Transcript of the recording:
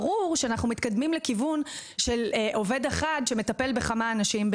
ברור שאנחנו מתקדמים לכיוון של עובד אחד שמטפל בכמה אנשים,